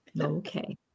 Okay